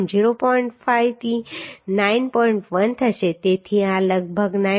1 થશે તેથી આ લગભગ 9